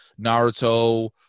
Naruto